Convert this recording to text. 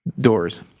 doors